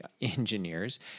engineers